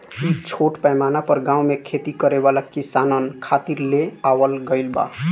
इ छोट पैमाना पर गाँव में खेती करे वाला किसानन खातिर ले आवल गईल बा